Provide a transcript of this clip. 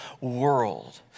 world